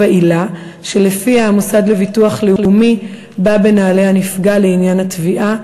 העילה שלפיה המוסד לביטוח לאומי בא בנעלי הנפגע לעניין התביעה,